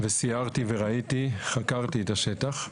סיירתי וראיתי, חקרתי את השטח.